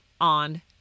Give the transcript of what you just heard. on